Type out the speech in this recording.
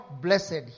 blessed